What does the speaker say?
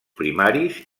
primaris